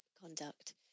conduct